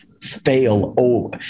fail